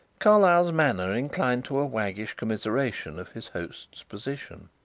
carlyle's manner inclined to a waggish commiseration of his host's position.